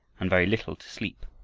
and very little to sleep.